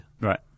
Right